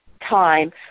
time